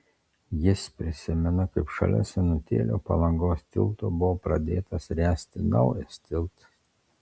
jis prisimena kaip šalia senutėlio palangos tilto buvo pradėtas ręsti naujas tiltas